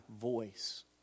voice